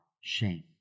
shame